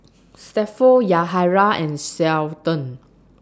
Stafford Yahaira and Seldon